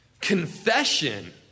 confession